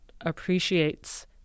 appreciates